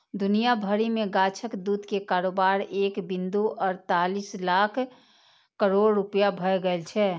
दुनिया भरि मे गाछक दूध के कारोबार एक बिंदु अड़तालीस लाख करोड़ रुपैया भए गेल छै